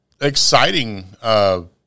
exciting